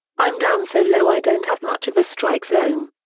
i'm down so low i don't have much of a strike zone.